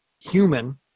human